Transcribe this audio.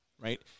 Right